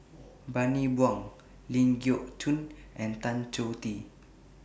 Bani Buang Ling Geok Choon and Tan Choh Tee